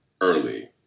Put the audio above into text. early